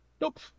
Nope